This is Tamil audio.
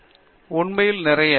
ஆர் சக்ரவர்த்தி உண்மையில் நிறைய